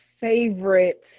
favorite